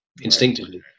instinctively